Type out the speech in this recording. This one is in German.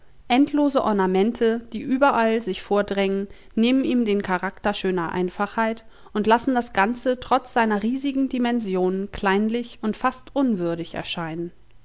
endlose ornamente die überall sich vordrängen nehmen ihm den charakter schöner einfachheit und lassen das ganze trotz seiner riesigen dimensionen kleinlich und fast unwürdig erscheinen